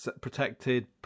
protected